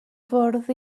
fwrdd